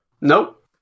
Nope